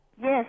Yes